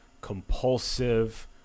compulsive